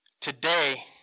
today